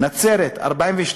נצרת: 42,